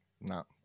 No